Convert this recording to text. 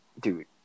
Dude